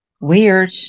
Weird